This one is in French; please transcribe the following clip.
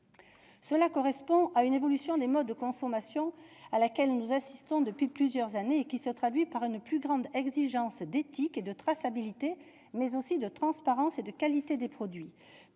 Cela correspond à une évolution des modes de consommation à laquelle nous assistons depuis plusieurs années. Cette évolution exprime une plus grande exigence d'éthique et de traçabilité, mais aussi de transparence et de qualité des produits.